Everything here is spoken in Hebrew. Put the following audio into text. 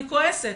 אני כועסת.